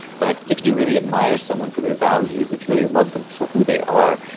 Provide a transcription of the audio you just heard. but if you really admire someone for their values, if you really love them for who they are,